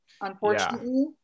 unfortunately